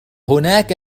هناك